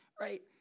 right